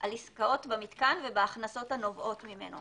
על עסקאות במתקן ובהכנסות הנובעות ממנו,